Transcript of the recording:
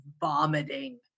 vomiting